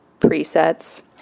Presets